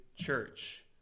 church